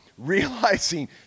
realizing